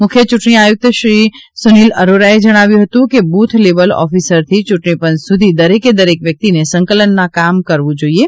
મુખ્ય યૂંટણી આયુક્ત શ્રી સુનિલ અરોરાએ જણાવ્યું હતું કે બુથ લેવલ ઓફિસરથી યૂંટણી પંચ સુધી દરેકે દરેક વ્યક્તિએ સંકલનમાં કામ કરવું જોઇએ